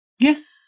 Yes